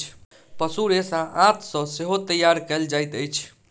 पशु रेशा आंत सॅ सेहो तैयार कयल जाइत अछि